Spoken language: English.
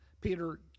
Peter